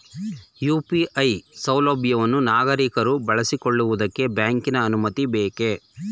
UPI ಸೌಲಭ್ಯವನ್ನು ನಾಗರಿಕರು ಬಳಸಿಕೊಳ್ಳುವುದಕ್ಕೆ ಬ್ಯಾಂಕಿನ ಅನುಮತಿ ಬೇಕೇ?